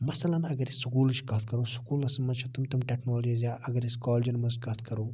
مَثَلاً اگر أسۍ سکولچ کتھ کرو سکولَس مَنٛز چھِ تِم تِم ٹیٚکنالجیٖز یا اگر أسۍ کالجَن مَنٛز کتھ کرو